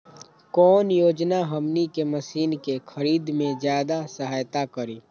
कौन योजना हमनी के मशीन के खरीद में ज्यादा सहायता करी?